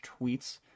tweets